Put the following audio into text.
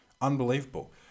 Unbelievable